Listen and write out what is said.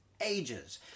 ages